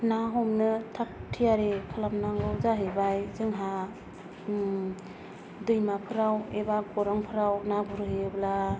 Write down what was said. ना हमनो थागथियारि खालामनांगौ जाहैबाय जोंहा दैमाफ्राव एबा गौरांफ्राव ना गुरहैयोब्ला